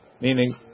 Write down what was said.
Meaning